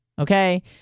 Okay